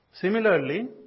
Similarly